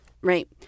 Right